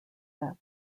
quebec